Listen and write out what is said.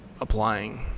applying